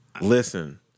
Listen